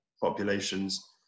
populations